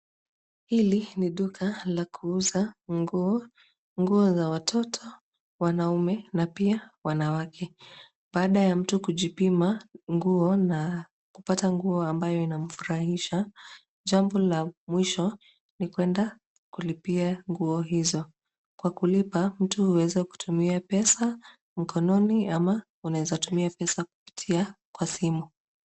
Hili ni duka la kuuza nguo, nguo za watoto, wanaume na pia wanawake. Baada ya mtu kujipima nguo na kupata nguo ambayo inamfurahisha, jambo la mwisho ni kuenda kulipia nguo hizo. Kwa kulipa, mtu huweza kutumia pesa mkononi ama unaeza tumia pesa kupitia kwa simu.